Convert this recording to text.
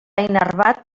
innervat